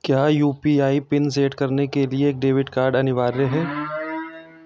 क्या U P I PIN set करने के लिए एक डेबिट कार्ड अनिवार्य है